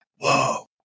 whoa